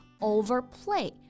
Overplay